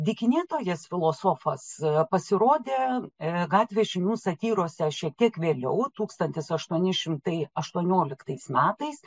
dykinėtojas filosofas pasirodė gatvės žinių satyrose šiek tiek vėliau tūkstantis aštuoni šimtai aštuonioliktais metais